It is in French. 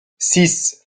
six